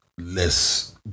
less